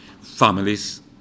families